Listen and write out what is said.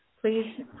please